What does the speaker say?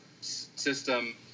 system